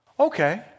okay